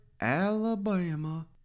Alabama